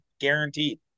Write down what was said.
guaranteed